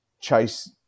chase